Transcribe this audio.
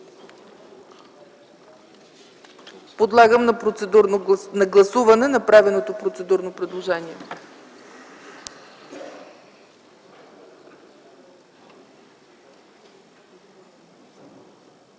Подлагам на гласуване направеното процедурно предложение.